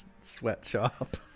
sweatshop